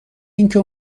اینکه